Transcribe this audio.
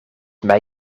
mij